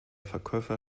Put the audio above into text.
verkäufer